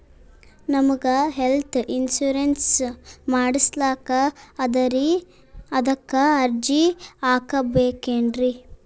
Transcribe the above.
ನಮಗ health insurance ಮಾಡಸ್ಲಾಕ ಅದರಿ ಅದಕ್ಕ ಅರ್ಜಿ ಹಾಕಬಕೇನ್ರಿ?